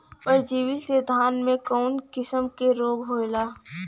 परजीवी से धान में कऊन कसम के रोग होला?